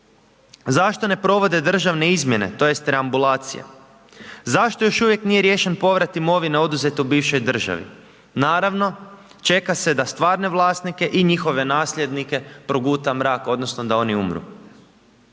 Zašto ne provode državne izmjene, tj. reambulacije? Zašto još uvijek nije riješen povrat imovine, oduzetoj u bivšoj državi? Naravno, čeka se da stvarne vlasnike i njihove nasljednike, proguta mrak, odnosno, da oni umru.